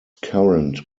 current